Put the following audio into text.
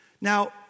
Now